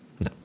No